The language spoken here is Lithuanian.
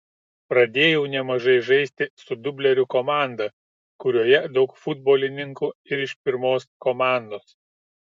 pradėjau nemažai žaisti su dublerių komanda kurioje daug futbolininkų ir iš pirmos komandos